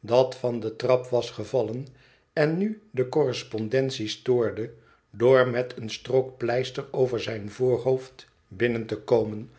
dat van de trap was gevallen en nu de correspondentie stoorde door met eene strook pleister over zijn voorhoofd binnen te komen